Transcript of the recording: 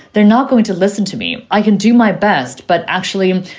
they're not going to listen to me. i can do my best. but actually,